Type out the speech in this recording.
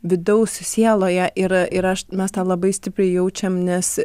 vidaus sieloje ir ir aš mes tą labai stipriai jaučiam nes